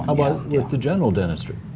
about with the general dentist try.